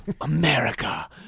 America